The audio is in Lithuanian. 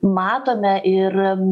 matome ir